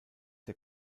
der